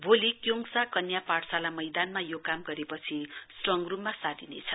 भोलि क्योङसा कन्या पाठशाला मैदानमा यो काम गरेपछि स्ट्रङ रुममा सारिनेछ